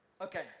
Okay